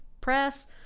press